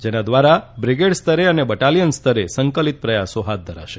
તે ધ્વારા બ્રિગેડ સ્તરે અને બટાલીયન સ્તરે સંકલીત પ્રયાસો હાથ ધરાશે